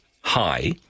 high